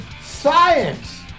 Science